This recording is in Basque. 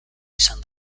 izan